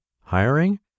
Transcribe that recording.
hiring